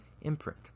imprint